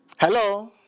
Hello